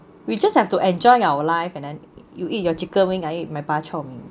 we just have to enjoy our life and then you eat your chicken wing I eat my bak chor mee